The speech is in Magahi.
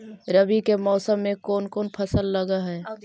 रवि के मौसम में कोन कोन फसल लग है?